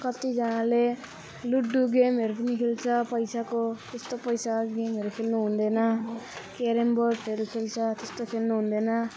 कतिजनाले लुडो गेमहरू पनि खेल्छ पैसाको त्यस्तो पैसाको गेमहरू खेल्नु हुँदैन क्यारम बोडहरू खेल्छ त्यस्तो खेल्नु हुँदैन